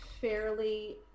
fairly